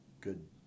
good